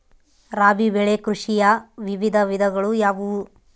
ರಾಬಿ ಬೆಳೆ ಕೃಷಿಯ ವಿವಿಧ ವಿಧಗಳು ಯಾವುವು?